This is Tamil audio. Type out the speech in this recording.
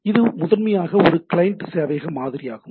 இது முதன்மையாக ஒரு கிளையன்ட் சேவையக மாதிரியாகும்